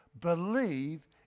Believe